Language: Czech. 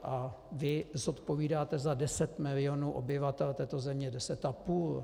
A vy zodpovídáte za deset milionů obyvatel této země, deset a půl.